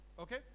Okay